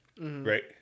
Right